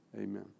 amen